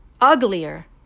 uglier